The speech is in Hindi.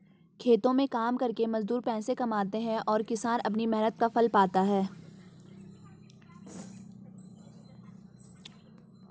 खेतों में काम करके मजदूर पैसे कमाते हैं और किसान अपनी मेहनत का फल पाता है